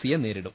സിയെ നേരിടും